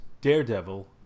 Daredevil